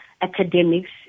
academics